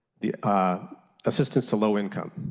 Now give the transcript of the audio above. the ah assistance to low income.